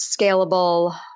scalable